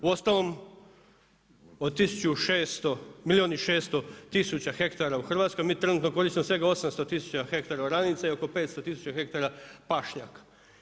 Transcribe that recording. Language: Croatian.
Uostalom od milijun i 600 tisuća hektara u Hrvatskoj mi trenutno koristimo svega 800 tisuća hektara oranica i oko 500 tisuća hektara pašnjaka.